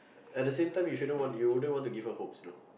at the same time you shouldn't you wouldn't give her hopes though